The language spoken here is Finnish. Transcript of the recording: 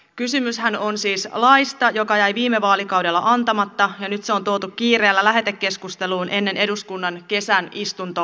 kysymyshän on siis laista joka jäi viime vaalikaudella antamatta ja nyt se on tuotu kiireellä lähetekeskusteluun ennen eduskunnan kesän istuntotaukoa